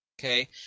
Okay